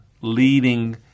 leading